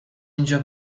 اینجا